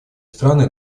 страны